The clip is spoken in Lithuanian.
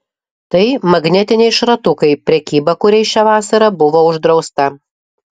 tai magnetiniai šratukai prekyba kuriais šią vasarą buvo uždrausta